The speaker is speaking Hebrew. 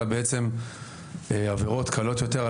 אלא בעצם עבירות קלות יותר,